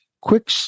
Quick